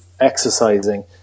exercising